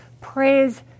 praise